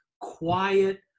quiet